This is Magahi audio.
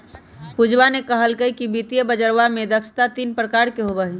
पूजवा ने कहल कई कि वित्तीय बजरवा में दक्षता तीन प्रकार के होबा हई